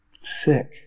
sick